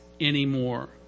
anymore